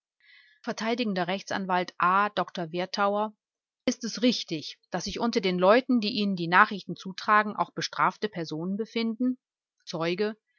vert r a dr werthauer ist es richtig daß sich unter den leuten die ihnen die nachrichten zutragen auch bestrafte personen befinden zeuge